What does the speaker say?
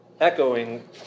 echoing